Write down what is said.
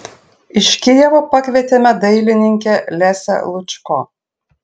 iš kijevo pakvietėme dailininkę lesią lučko